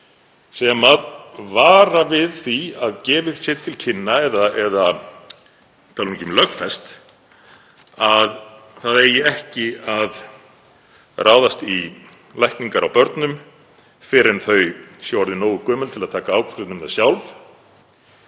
sem vara við því að gefið sé til kynna, ég tala nú ekki um lögfest, að ekki eigi að ráðast í lækningar á börnum fyrr en þau séu orðin nógu gömul til að taka ákvörðun um það sjálf,